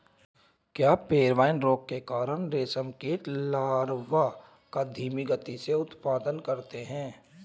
क्या पेब्राइन रोग के कारण रेशम कीट लार्वा का धीमी गति से उत्पादन करते हैं?